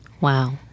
Wow